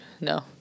No